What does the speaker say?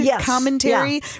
commentary